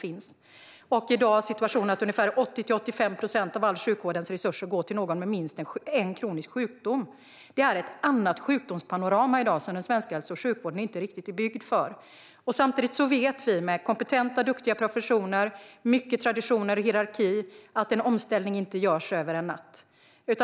I dag går 80-85 procent av alla resurser inom sjukvården till någon med minst en kronisk sjukdom. Det är ett annat sjukdomspanorama i dag som den svenska hälso och sjukvården inte riktigt är byggd för. Samtidigt vet vi att med kompetenta och duktiga professioner och mycket traditioner och hierarki görs en omställning inte över en natt.